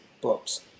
books